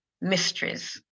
mysteries